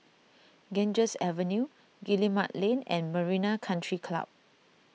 Ganges Avenue Guillemard Lane and Marina Country Club